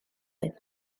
oedd